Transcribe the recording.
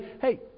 Hey